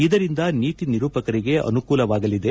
ಇದರಿಂದ ನೀತಿ ನಿರೂಪಕರಿಗೆ ಅನುಕೂಲವಾಗಲಿದೆ